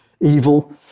evil